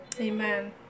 Amen